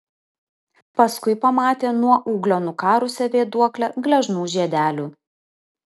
paskui pamatė nuo ūglio nukarusią vėduoklę gležnų žiedelių